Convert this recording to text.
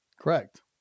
correct